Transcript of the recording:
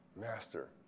Master